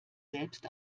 selbst